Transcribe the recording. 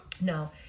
No